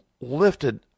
lifted